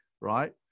right